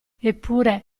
eppure